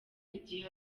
igihe